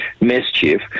mischief